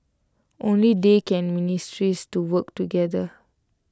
only they can ministries to work together